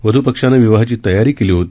वध्पक्षानं विवाहाची तयारी केली होती